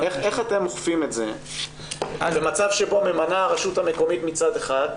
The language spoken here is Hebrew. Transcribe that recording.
איך אתם אוכפים את זה במצב שבו ממנה הרשות המקומית מצד אחד?